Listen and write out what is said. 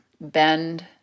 bend